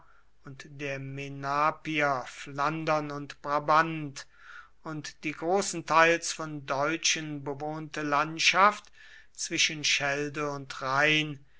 und der menapier flandern und brabant und die großenteils von deutschen bewohnte landschaft zwischen schelde und rhein